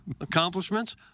Accomplishments